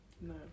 No